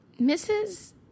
Mrs